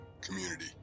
community